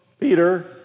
Peter